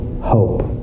hope